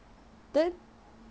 then